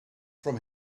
from